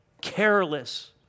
careless